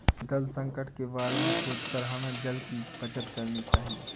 जल संकट के बारे में सोचकर हमें जल की बचत करनी चाहिए